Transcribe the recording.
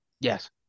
Yes